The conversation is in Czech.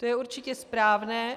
To je určitě správné.